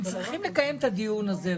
הם צריכים לקיים את הדיון הזה.